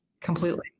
completely